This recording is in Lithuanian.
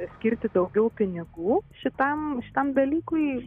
skirti daugiau pinigų šitam šitam dalykui